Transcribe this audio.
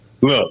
look